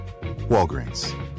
Walgreens